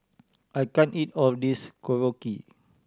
I can't eat all of this Korokke